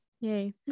yay